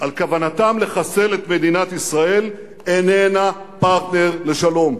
על כוונתם לחסל את מדינת ישראל איננה פרטנר לשלום,